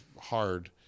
hard